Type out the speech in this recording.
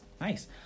nice